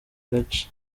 gace